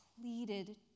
pleaded